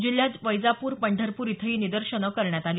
जिल्ह्यात वैजापूर पंढरपूर इथंही निदर्शनं करण्यात आली